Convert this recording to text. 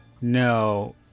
No